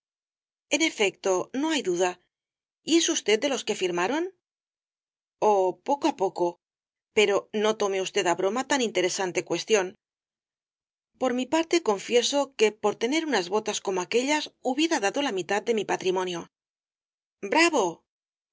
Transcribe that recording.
en efecto no hay duda y es usted de los que firmaron oh poco á poco pero no tome usted á broma tan interesante cuestión por mi parte confieso el caballero de las botas azules que por tener unas botas como aquéllas hubiera dado la mitad de mi patrimonio bravo